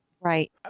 Right